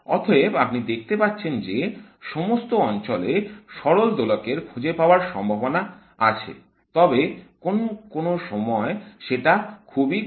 অতএব আপনি দেখতে পাচ্ছেন যে সমস্ত অঞ্চলে সরল দোলকের খুঁজে পাওয়ার সম্ভাবনা আছে তবে কোন কোন সময় সেটা খুবই কম